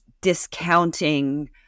discounting